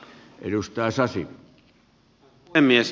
arvoisa puhemies